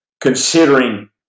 considering